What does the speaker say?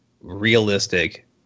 realistic